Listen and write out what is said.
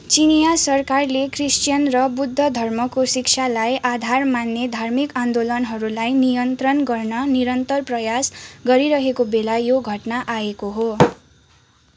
चिनियाँ सरकारले क्रिस्चियन र बुद्ध धर्मको शिक्षालाई आधार मान्ने धार्मिक आन्दोलनहरूलाई नियन्त्रण गर्न निरन्तर प्रयास गरिरहेको बेला यो घटना आएको हो